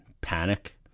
Panic